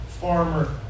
farmer